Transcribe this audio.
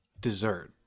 dessert